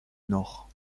nord